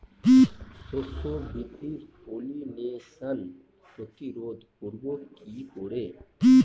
শস্য বৃদ্ধির পলিনেশান প্রতিরোধ করব কি করে?